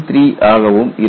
393 ஆகவும் இருக்கும்